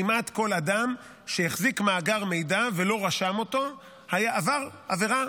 כמעט כל אדם שהחזיק מאגר מידע ולא רשם אותו עבר עבירה,